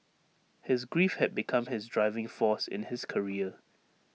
his grief had become his driving force in his career